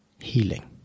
healing